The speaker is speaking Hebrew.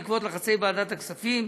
בעקבות לחצי ועדת הכספים,